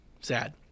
Sad